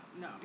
No